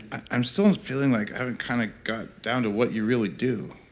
i'm still feeling like i haven't kind of got down to what you really do